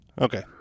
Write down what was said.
Okay